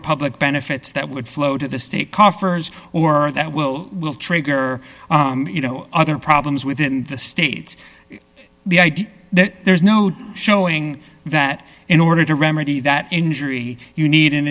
public benefits that would flow to the state coffers or that well will trigger you know other problems within the states the idea that there's no doubt showing that in order to remedy that injury you need an